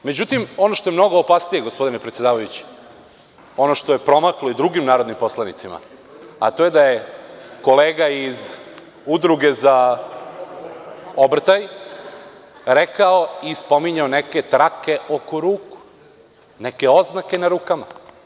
Međutim, ono što je mnogo opasnije, gospodine predsedavajući, ono što je promaklo i drugim narodnim poslanicima, a to je da je kolega iz udruge za obrtaj rekao i spominjao neke trake oko ruku, neke oznake na rukama.